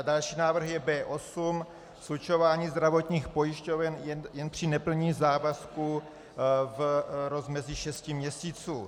Další návrh je B8 slučování zdravotních pojišťoven jen při neplnění závazků v rozmezí šesti měsíců.